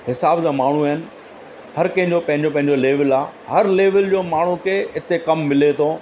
हिसाब सां माण्हू आहिनि हर कंहिंजो पंहिंजो पंहिंजो लेवल आहे हर लेवल जो माण्हू खे हिते कमु मिले थो